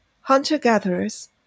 Hunter-gatherers